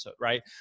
Right